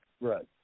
Right